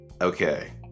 Okay